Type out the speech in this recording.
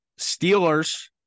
Steelers